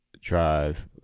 drive